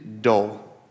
dull